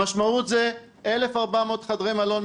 המשמעות היא 1,400 חדרי מלון,